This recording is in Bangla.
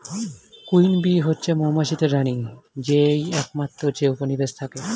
কুইন বী হচ্ছে মৌমাছিদের রানী যেই একমাত্র যে উপনিবেশে থাকে